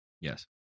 yes